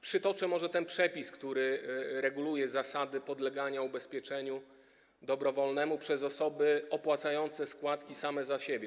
Przytoczę może przepis, który reguluje zasady podlegania ubezpieczeniu dobrowolnemu przez osoby opłacające składki same za siebie.